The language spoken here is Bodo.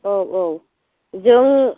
औ औ जों